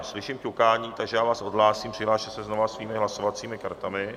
Slyším ťukání, takže já vás odhlásím, přihlaste se znovu svými hlasovacími kartami.